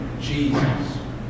Jesus